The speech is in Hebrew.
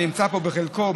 שנמצא כאן בחלקו,